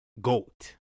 GOAT